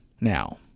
Now